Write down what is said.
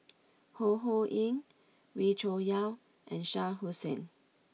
Ho Ho Ying Wee Cho Yaw and Shah Hussain